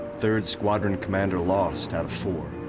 third squadron commander lost out of four.